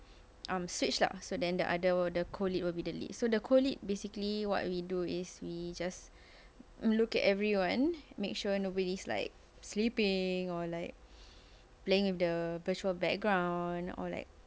um switch lah so then the other the co-lead will be the lead so the co-lead basically what we do is we just look at everyone make sure nobody's like sleeping or like playing with the virtual background or like